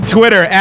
Twitter